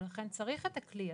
ולכן צריך את הכלי הזה.